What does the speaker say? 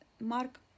Mark